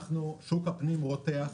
שוק הפנים רותח.